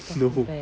no